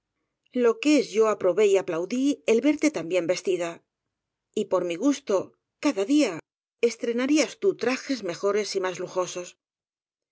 lo que es yo aprobé y aplaudí el verte tan bien vestida y por mi gusto cada día estrenarías tú trajes mejores y más lujosos